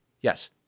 Yes